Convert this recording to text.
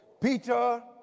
Peter